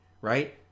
right